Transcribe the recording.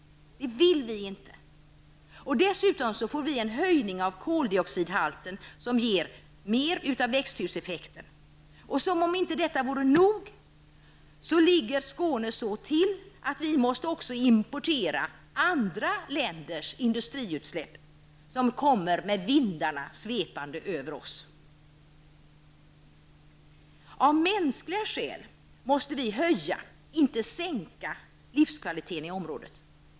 Det vill vi inte. Dessutom får vi en höjning av koldioxidhalten som ger mer växthuseffekt. Som om detta inte vore nog ligger Skåne så till att man också måste importera andra länders industriutsläpp, som med vindarna kommer svepande över oss. Av mänskliga skäl måste vi höja, inte sänka, livskvaliteten i området.